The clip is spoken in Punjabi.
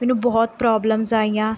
ਮੈਨੂੰ ਬਹੁਤ ਪ੍ਰੋਬਲਮਸ ਆਈਆਂ